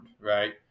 right